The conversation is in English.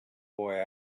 boy